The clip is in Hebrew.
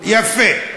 יפה.